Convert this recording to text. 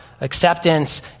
acceptance